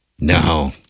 No